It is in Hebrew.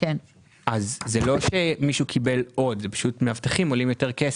אלה כספים קואליציוניים?